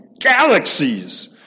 galaxies